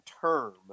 term